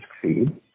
succeed